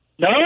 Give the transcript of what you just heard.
No